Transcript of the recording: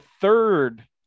third